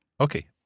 Okay